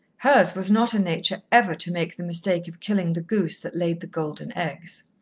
hers was not a nature ever to make the mistake of killing the goose that laid the golden eggs.